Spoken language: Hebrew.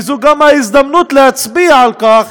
וזו גם ההזדמנות להצביע על כך